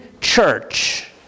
church